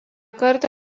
kartą